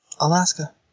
Alaska